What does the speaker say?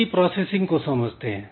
इसकी प्रोसेसिंग को समझते हैं